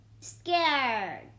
Scared